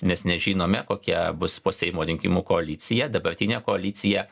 nes nežinome kokia bus po seimo rinkimų koalicija dabartinė koalicija